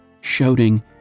shouting